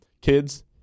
kids